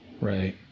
Right